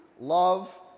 love